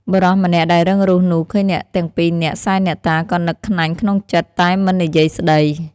បុរសម្នាក់ដែលរឹងរូសនោះ ឃើញអ្នកទាំងពីរនាក់សែនអ្នកតា ក៏នឹកក្នាញ់ក្នុងចិត្ត តែមិននិយាយស្តី។